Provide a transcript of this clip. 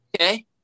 Okay